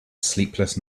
sleepless